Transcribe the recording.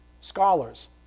scholars